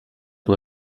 son